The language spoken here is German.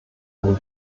wenn